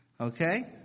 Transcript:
Okay